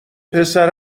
پسره